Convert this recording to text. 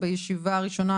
נדון בישיבה הראשונה